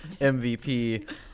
mvp